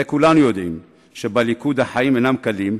הרי כולנו יודעים שבליכוד החיים אינם קלים,